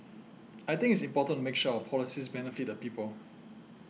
I think it's important make sure our policies benefit the people